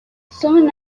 soon